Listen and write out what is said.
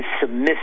submissive